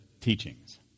teachings